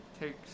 takes